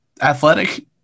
athletic